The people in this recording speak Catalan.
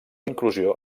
inclusió